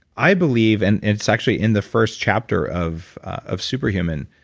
i believe and it's actually in the first chapter of of super human,